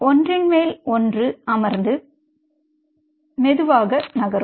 அவை ஒன்றின் மேல் ஒன்று அமர்ந்து மெதுவாக நகரும்